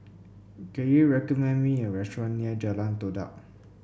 can you recommend me a restaurant near Jalan Todak